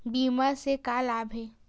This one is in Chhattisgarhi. बीमा से का लाभ हे?